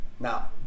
Now